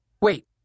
Wait